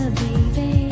baby